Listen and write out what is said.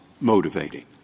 motivating